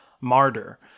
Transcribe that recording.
martyr